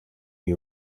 new